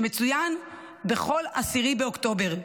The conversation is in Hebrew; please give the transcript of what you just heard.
שמצוין בכל 10 באוקטובר.